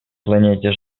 планете